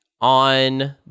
On